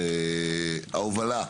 ההובלה,